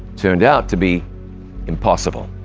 turned out to be impossible.